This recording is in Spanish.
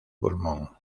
pulmón